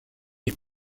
est